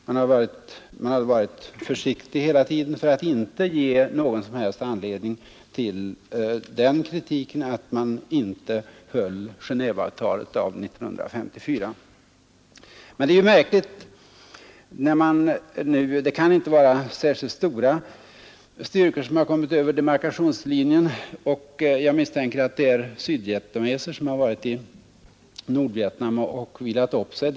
Man hade hela tiden varit ytterst försiktig för att inte ge något underlag för kritik att man inte höll Genéveavtalet av 1954. Det kan inte vara särskilt stora styrkor som kommit över demarkationslinjen. Jag misstänker att det vanligen är fråga om sydvietnameser, som varit över i Nordvietnam för att vila upp sig.